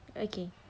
okay